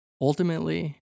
Ultimately